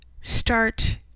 start